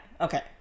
Okay